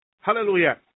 Hallelujah